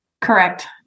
correct